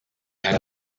had